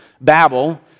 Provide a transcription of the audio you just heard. Babel